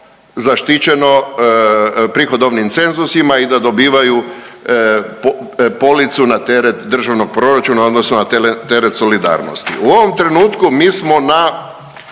zaštićeno prihodovnim cenzusima i da dobivaju policu na teret državnog proračuna odnosno na teret solidarnosti. U ovom trenutku mi smo na